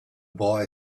boy